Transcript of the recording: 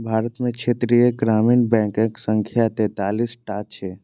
भारत मे क्षेत्रीय ग्रामीण बैंकक संख्या तैंतालीस टा छै